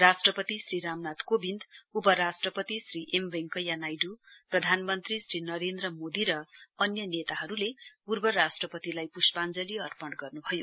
राष्ट्रपति श्री रामनाथ कोविन्दउपराष्ट्रपति श्री एम वैंकैया नाइडु प्रधानमन्त्री श्री नरेन्द्र मोदी र अन्य नेताहरूले पूर्व राष्ट्रपतिलाई पुष्पाञ्जली अर्पण गर्नुभयो